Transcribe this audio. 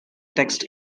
text